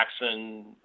Jackson